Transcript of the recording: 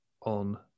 on